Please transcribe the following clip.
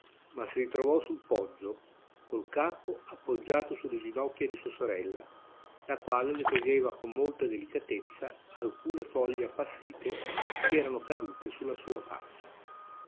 ma si ritrovò sul poggio col capo appoggiato sulle ginocchia di sua sorella la quale le toglieva con molta delicatezza alcune foglie appassite ch'erano cadute sulla sua faccia